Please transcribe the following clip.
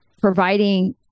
providing